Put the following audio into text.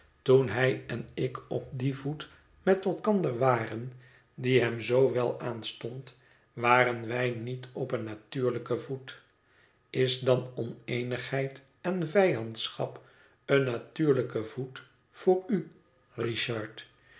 toen hij en ik op dien voet met elkander waren die hem zoo wel aanstond waren wij niet op een natuurlijken voet is dan oneenigheid en vijandschap een natuurlijke voet voor u richard